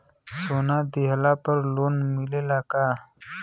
सोना दिहला पर लोन मिलेला का?